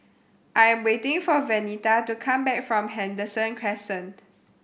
I am waiting for Venita to come back from Henderson Crescent